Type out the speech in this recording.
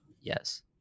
yes